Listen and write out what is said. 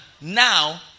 Now